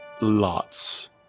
Lots